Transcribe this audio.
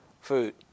food